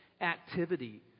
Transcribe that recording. activity